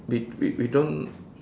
we we we don't